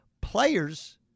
Players